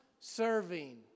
Serving